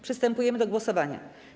Przystępujemy do głosowania.